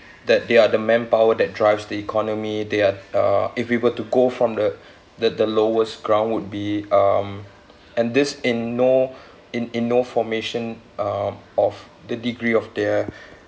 that they are the manpower that drives the economy they are uh if we were to go from the the the lowest ground would be um and this in no in in no formation uh of the degree of their